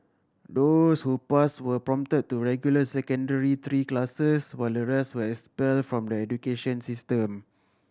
those who passed were promoted to regular Secondary Three classes while the rest were expelled from the education system